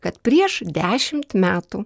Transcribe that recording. kad prieš dešimt metų